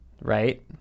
right